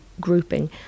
grouping